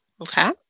Okay